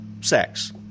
sex